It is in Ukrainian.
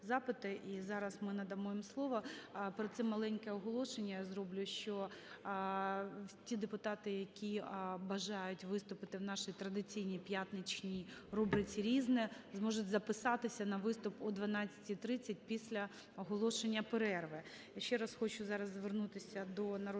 І зараз ми надамо їм слово. Перед цим маленьке оголошення я зроблю. Що ті депутати, які бажають виступити в нашій традиційній п'ятничній рубриці "Різне", зможуть записатися на виступ о 12:30, після оголошення перерви.